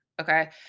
Okay